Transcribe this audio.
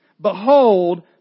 behold